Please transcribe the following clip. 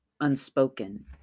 Unspoken